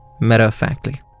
matter-of-factly